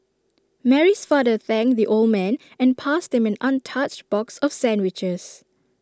Mary's father thanked the old man and passed him an untouched box of sandwiches